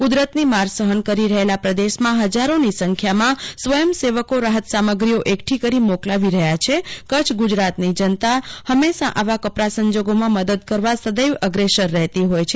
કુદરતની માર સફન કરી રહેલા પ્રદેશમાં ફજારોની સંખ્યામાં સ્વયંસેવકો રાફત સામગ્રીઓ એકઠી કરી મોકલાવી રહ્યા છે કચ્છ ગુજરાતની જનતા ફંમેશાં આવા કપરા સંજોગોમાં મદદ કરવા સદૈવ અગ્રેસર જ રહેતી હોય છે